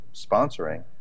sponsoring